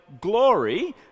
glory